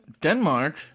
Denmark